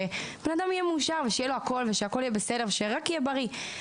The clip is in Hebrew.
שאדם יהיה מאושר ושיהיה לו הכול ושהכול יהיה בסדר ושרק יהיה בריא.